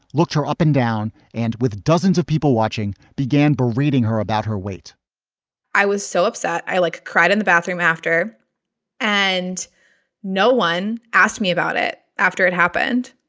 looked her up and down, and with dozens of people watching, began berating her about her weight i was so upset. i, like, cried in the bathroom after and no one asked me about it after it happened.